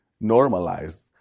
normalized